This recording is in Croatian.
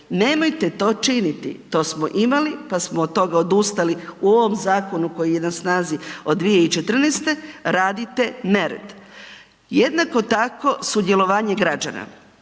Nemojte to činiti, to smo imali pa smo od toga odustali u ovom zakonu koji je na snazi od 2014. radite nered. Jednako tako, sudjelovanje građana.